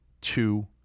two